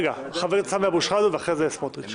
חבר הכנסת סמי אבו שחאדה ואחרי זה סמוטריץ'.